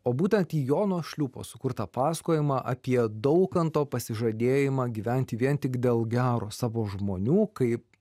o būtent į jono šliūpo sukurtą pasakojimą apie daukanto pasižadėjimą gyventi vien tik dėl gero savo žmonių kaip